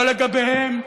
לא לגביהם,